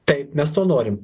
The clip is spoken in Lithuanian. taip mes to norim